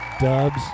Dubs